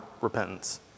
repentance